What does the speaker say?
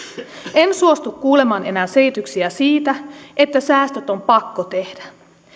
en suostu kuulemaan enää selityksiä siitä että säästöt on pakko tehdä